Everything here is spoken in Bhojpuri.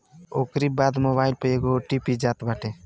ओकरी बाद मोबाईल पे एगो ओ.टी.पी जात बाटे